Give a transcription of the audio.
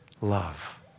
love